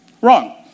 Wrong